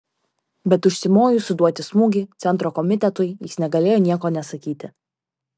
bet užsimojus suduoti smūgį centro komitetui jis negalėjo nieko nesakyti